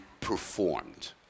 performed